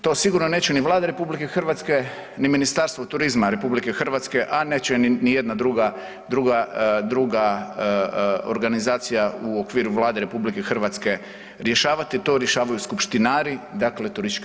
To sigurno neće ni Vlada RH ni Ministarstvo turizma RH, a neće ni jedna druga organizacija u okviru Vlade RH rješavati, to rješavaju skupštinari dakle TZ.